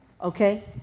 Okay